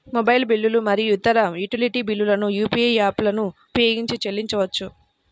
mobile బిల్లులు మరియు ఇతర యుటిలిటీ బిల్లులను యూ.పీ.ఐ యాప్లను ఉపయోగించి చెల్లించవచ్చు